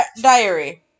diary